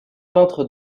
peintre